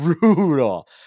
Brutal